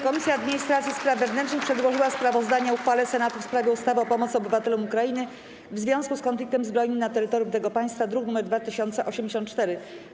Komisja Administracji i Spraw Wewnętrznych przedłożyła sprawozdanie o uchwale Senatu w sprawie ustawy o pomocy obywatelom Ukrainy w związku z konfliktem zbrojnym na terytorium tego państwa, druk nr 2084.